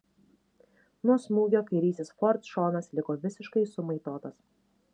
nuo smūgio kairysis ford šonas liko visiškai sumaitotas